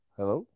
Hello